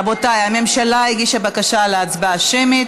רבותיי, הממשלה הגישה בקשה להצבעה שמית.